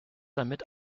damit